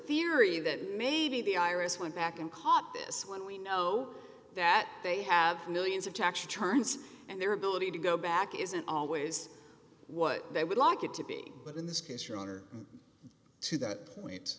theory that maybe the iris went back and caught this one we know that they have millions of tax returns and their ability to go back isn't always what they would like it to be but in this case your honor to that point